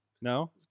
No